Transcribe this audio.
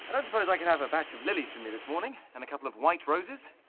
don't suppose i could have a batch of lilies from you this morning? and a couple of white roses?